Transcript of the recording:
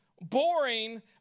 boring